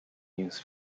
news